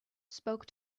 spoke